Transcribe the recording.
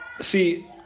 See